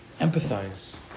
empathize